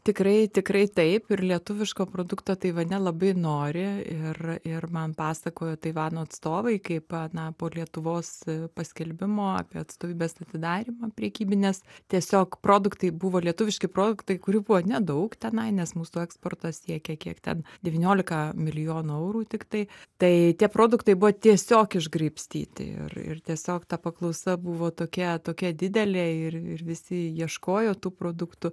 tikrai tikrai taip ir lietuviško produkto taivane labai nori ir ir man pasakojo taivano atstovai kaip na po lietuvos paskelbimo apie atstovybės atidarymą prekybinės tiesiog produktai buvo lietuviški produktai kurių buvo nedaug tenai nes mūsų eksportas siekia kiek ten devyniolika milijonų eurų tiktai tai tie produktai buvo tiesiog išgraibstyti ir ir tiesiog ta paklausa buvo tokia tokia didelė ir visi ieškojo tų produktų